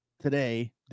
today